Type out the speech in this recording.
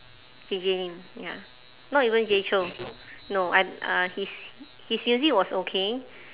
J J lin ya not even jay chou no I uh his his music was okay